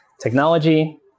technology